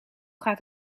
gaat